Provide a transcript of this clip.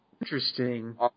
interesting